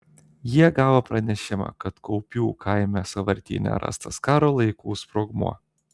jie gavo pranešimą kad kaupių kaime sąvartyne rastas karo laikų sprogmuo